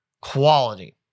Quality